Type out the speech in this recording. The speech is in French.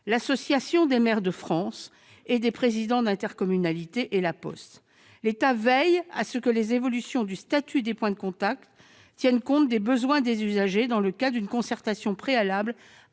l'Association des maires de France et des présidents d'intercommunalité et La Poste. L'État veille à ce que les évolutions du statut des points de contact tiennent compte des besoins des usagers, dans le cadre d'une concertation préalable